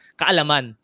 kaalaman